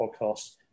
podcast